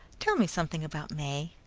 tell me something about may.